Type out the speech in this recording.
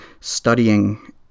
studying